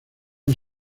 han